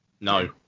no